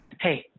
Hey